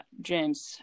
James